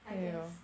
I guess